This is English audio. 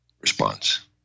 response